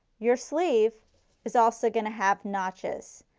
your sleeve is also going to have notches.